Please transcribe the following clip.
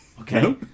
Okay